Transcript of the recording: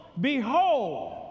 Behold